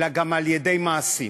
אלא גם על-ידי מעשים.